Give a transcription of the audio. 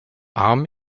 arm